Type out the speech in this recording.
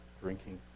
drinking